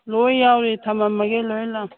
ꯂꯣꯏ ꯌꯥꯎꯔꯤ ꯊꯝꯃꯝꯃꯒꯦ ꯂꯣꯏ ꯂꯥꯛꯑꯣ